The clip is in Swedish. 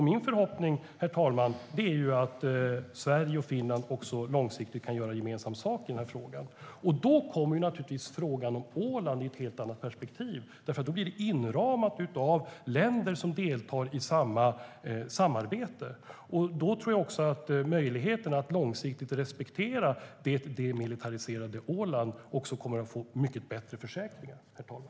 Min förhoppning, herr talman, är att Sverige och Finland långsiktigt kan göra gemensam sak i frågan. Då kommer naturligtvis frågan om Åland i ett helt annat perspektiv, för då blir det inramat av länder som deltar i samma samarbete. Då tror jag också att möjligheten att långsiktigt respektera det demilitariserade Åland kommer att få mycket bättre försäkringar, herr talman.